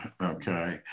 Okay